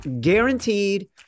guaranteed